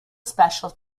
special